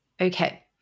Okay